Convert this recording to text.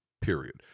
period